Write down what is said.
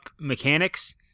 mechanics